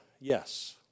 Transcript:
Yes